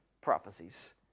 prophecies